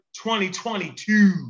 2022